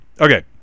Okay